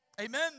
Amen